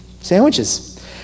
sandwiches